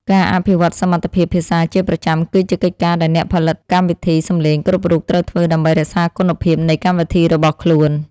ការអភិវឌ្ឍសមត្ថភាពភាសាជាប្រចាំគឺជាកិច្ចការដែលអ្នកផលិតកម្មវិធីសំឡេងគ្រប់រូបត្រូវធ្វើដើម្បីរក្សាគុណភាពនៃកម្មវិធីរបស់ខ្លួន។